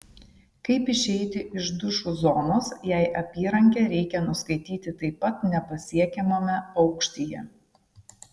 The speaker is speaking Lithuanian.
kaip išeiti iš dušų zonos jei apyrankę reikia nuskaityti taip pat nepasiekiamame aukštyje